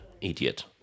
idiot